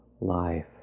life